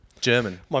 German